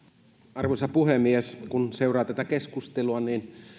arvoisa puhemies kun seuraa tätä keskustelua niin